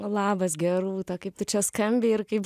labas gerūta kaip tu čia skambiai ir kaip